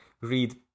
read